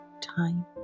time